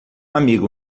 amigo